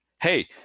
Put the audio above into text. Hey